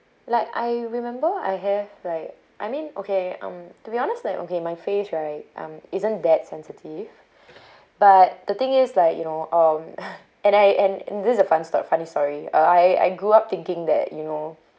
like I remember I have right I mean okay um to be honest like okay my face right um isn't that sensitive but the thing is like you know um and I and and this is a fun st~ funny story uh I I grew up thinking that you know